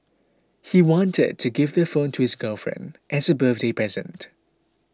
he wanted to give the phone to his girlfriend as a birthday present